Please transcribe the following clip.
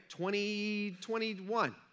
2021